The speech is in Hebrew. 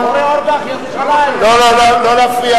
אינו משתתף בהצבעה ירושלים, לא, לא,